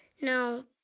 no,